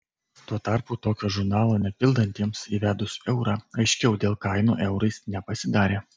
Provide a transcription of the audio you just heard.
tuo tarpu tokio žurnalo nepildantiems įvedus eurą aiškiau dėl kainų eurais nepasidarė